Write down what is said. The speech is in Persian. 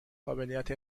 قابلیت